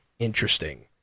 interesting